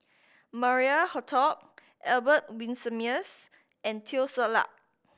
Maria Hertogh Albert Winsemius and Teo Ser Luck